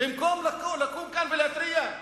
במקום לקום כאן ולהתריע.